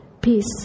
peace